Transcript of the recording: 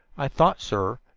i thought, sir,